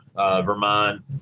Vermont